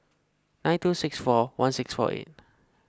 nine two six four one six four eight